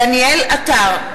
דניאל עטר,